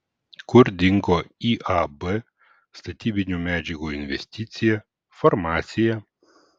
kur dingo iab statybinių medžiagų investicija farmacija